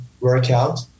workout